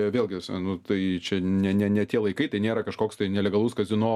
vėlgi nu tai čia ne ne ne tie laikai tai nėra kažkoks tai nelegalus kazino